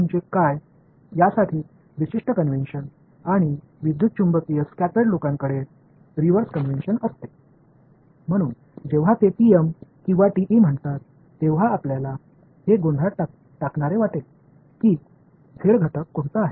அலைகளால் வழிநடத்தப்படும் மக்கள் TM என்றால் என்ன என்பதற்கு ஒரு குறிப்பிட்ட தத்துவங்களை கொண்டுள்ளனர் மற்றும் எலெக்ட்ரோமேக்னெட்டிக்ஸ் சிதறலில் உள்ளவர்கள் அதற்கு தலைகீழ் தத்துவங்களை கொண்டுள்ளனர்